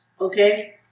okay